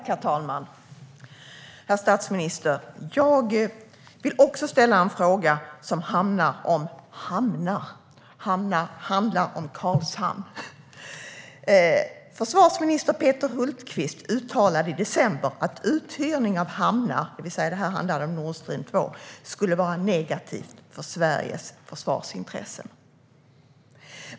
Herr talman! Herr statsminister! Jag vill också ställa en fråga som handlar om hamnar, om Karlshamn. Försvarsminister Peter Hultqvist uttalade i december att uthyrning av hamnar - det handlade om Nord Stream 2 - skulle vara negativt för Sveriges försvarsintressen.